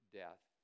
death